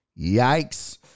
Yikes